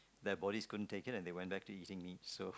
their bodies couldn't take it and they went back to eating meat so